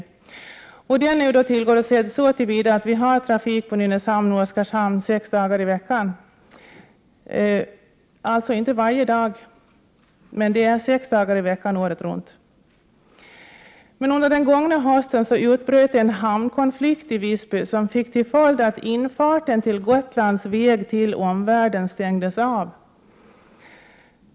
Detta krav är tillgodosett så till vida att vi har trafik på Nynäshamn och Oskarshamn sex dagar i veckan — alltså inte varje dag — året runt. Men under den gångna hösten utbröt en hamnkonflikt i Visby, som fick till följd att infarten till Gotlands väg till omvärlden stängdes av.